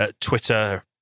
Twitter